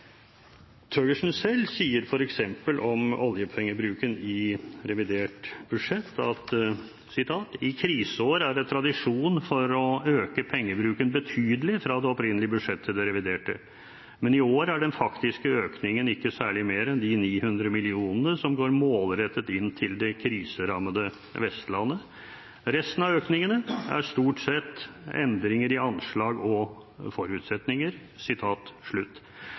Thøgersen selv sier f.eks. om oljepengebruken i revidert budsjett at i kriseår er det tradisjon for å øke pengebruken betydelig fra det opprinnelige budsjettet til revidert, men i år er den faktiske økningen ikke særlig mer enn de 900 millionene som går målrettet inn til det kriserammede Vestlandet, og resten av økningene er stort sett endringer i anslag og forutsetninger.